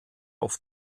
auf